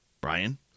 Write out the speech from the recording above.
Brian